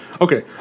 Okay